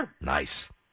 Nice